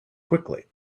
quickly